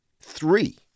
three